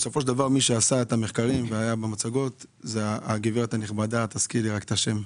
מי שעשה את המחקרים והמצגות זה המיזם למיגור העישון.